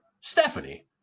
Stephanie